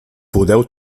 podeu